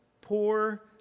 poor